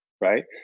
right